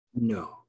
No